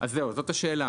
אז זהו זאת השאלה,